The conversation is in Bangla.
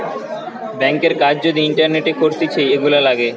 ব্যাংকের কাজ যদি ইন্টারনেটে করতিছে, এগুলা লাগে